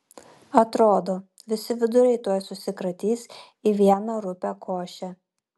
atrodo visi viduriai tuoj susikratys į vieną rupią košę